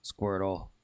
Squirtle